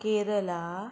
Kerala